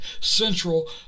Central